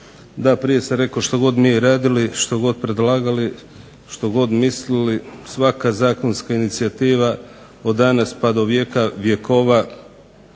Da, prije sam rekao što god mi radili, što god predlagali, što god mislili svaka zakonska inicijativa od danas pa do vijeka vjekova